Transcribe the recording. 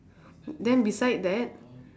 then beside that